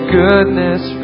goodness